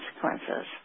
consequences